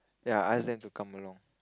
ya I ask them to come along